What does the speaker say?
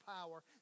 power